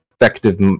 effective